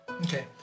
Okay